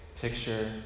picture